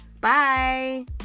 bye